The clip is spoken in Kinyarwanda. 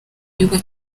gihugu